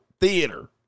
Theater